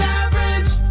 average